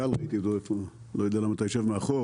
גל אני לא יודע למה אתה יושב מאחור,